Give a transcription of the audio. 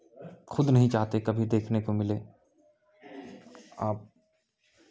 खुद नहीं चाहते कभी देखने को मिले आप